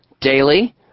daily